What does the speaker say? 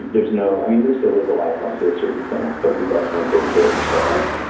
there is no, i mean, there still is a lifeline, toward certain stance, but you're definitely taking care of yourself,